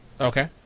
Okay